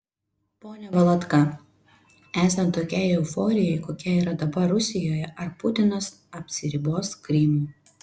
pone valatka esant tokiai euforijai kokia yra dabar rusijoje ar putinas apsiribos krymu